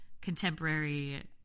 contemporary